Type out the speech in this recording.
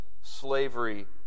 slavery